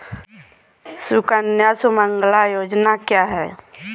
सुकन्या सुमंगला योजना क्या है?